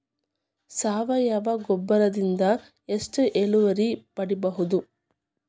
ಸಾವಯವ ಗೊಬ್ಬರದಿಂದ ಎಷ್ಟ ಇಳುವರಿ ಪಡಿಬಹುದ?